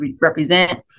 represent